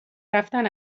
رفتن